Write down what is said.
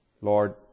Lord